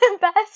best